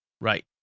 Right